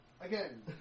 Again